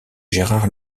gérard